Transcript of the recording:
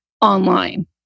online